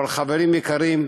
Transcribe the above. אבל חברים יקרים,